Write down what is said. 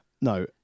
No